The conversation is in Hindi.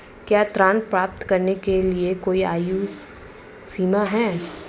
क्या ऋण प्राप्त करने के लिए कोई आयु सीमा है?